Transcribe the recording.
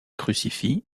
crucifix